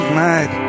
night